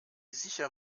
sicher